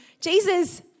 Jesus